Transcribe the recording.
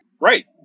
right